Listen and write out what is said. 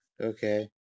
Okay